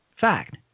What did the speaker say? Fact